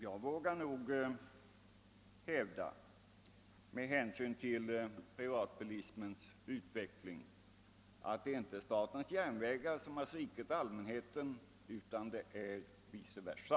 Jag vågar nog med hänsyn till privatbilismens utveckling hävda att det inte är statens järnvägar som svikit allmänheten utan vice versa.